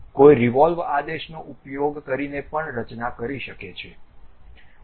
કોઈ રિવોલ્વ આદેશનો ઉપયોગ કરીને પણ રચના કરી શકે છે